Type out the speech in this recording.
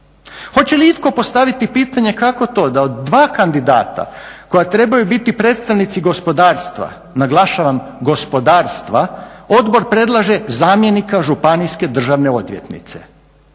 Hoće li itko postaviti pitanje kako to da od 2 kandidata koja trebaju biti predstavnici gospodarstva, naglašavam gospodarstva odbor predlaže zamjenika županijske državne odvjetnice.